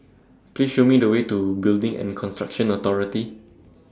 Please Show Me The Way to Building and Construction Authority